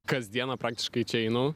kasdieną praktiškai čia einu